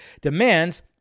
demands